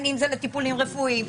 אם זה לטיפולים רפואיים,